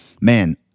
man